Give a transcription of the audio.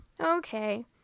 okay